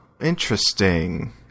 interesting